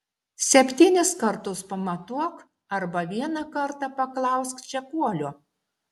septynis kartus pamatuok arba vieną kartą paklausk čekuolio